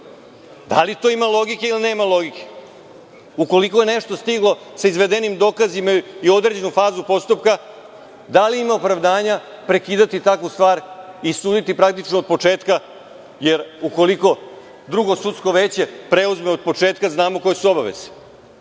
Da li to ima logike ili nema logike? Ukoliko je nešto stiglo sa izvedenim dokazima i u određenu fazu postupka, da li ima opravdanja prekidati takvu stvar i suditi praktično od početka, jer ukoliko drugo sudsko veće preuzme od početka, znamo koje su obaveze.